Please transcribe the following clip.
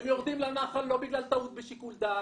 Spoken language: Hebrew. הם יורדים לנחל לא בגלל טעות בשיקול הדעת,